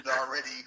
already